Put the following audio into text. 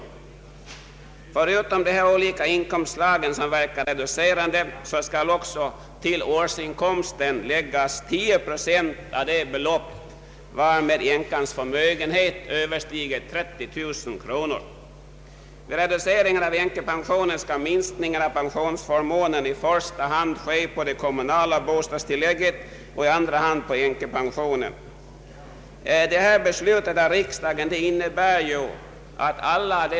Förutom de olika inkomstslagen, som verkar reducerande, skall till årsinkomsten läggas 10 procent av det belopp varmed änkans förmögenhet överstiger 30 000 kronor. Vid reduceringen av änkepensionen skall minskningen av pensionsförmånen i första hand ske på det kommunala bostadstillägget och i andra hand på änkepensionen.